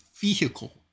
vehicle